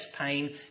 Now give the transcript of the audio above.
pain